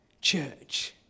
church